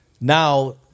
Now